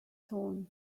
torn